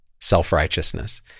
self-righteousness